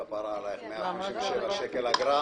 כפרה עליך, 157 שקלים אגרה?